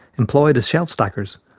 employed as shelf stackers,